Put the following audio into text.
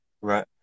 right